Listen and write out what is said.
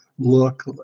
look